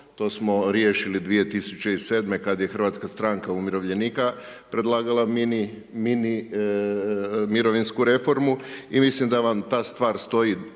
to smo riješili 2007. kad je Hrvatska stranka umirovljenika predlagala mini mirovinsku reformu i mislim da vam ta stvar stoji